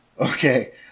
okay